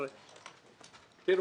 חבר'ה, תראו,